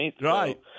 right